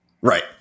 Right